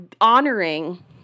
honoring